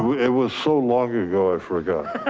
it was so long ago. i forgot.